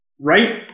right